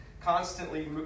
constantly